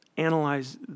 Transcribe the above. analyze